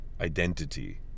identity